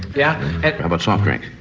yeah how about soft drinks?